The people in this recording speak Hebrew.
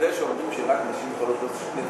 אני יודע שאומרים שרק נשים יכולות לעשות שני דברים,